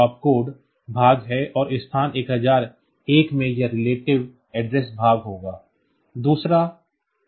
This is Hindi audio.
तो यह op कोड भाग है और स्थान 1001 में यह relative address भाग होगा दूसरा भाग